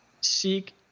seek